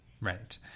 Right